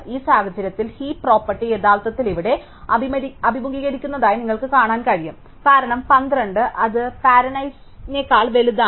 ഈ സാഹചര്യത്തിൽ heap property യഥാർത്ഥത്തിൽ ഇവിടെ അഭിമുഖീകരിക്കുന്നതായി നിങ്ങൾക്ക് കാണാൻ കഴിയും കാരണം 12 അത് പാരെന്റ്സെക്കാൾ വലുതാണ്